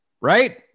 Right